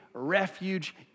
Refuge